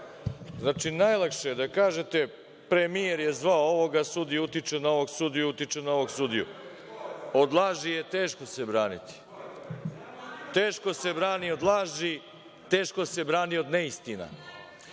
ovde. Znači, najlakše je da kažete, premijer je zvao ovoga sudiju i utiče na ovog sudiju, utiče na ovog sudiju. Od laži teško se braniti. Teško se brani od laži, teško se brani od neistina.